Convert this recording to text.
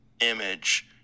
image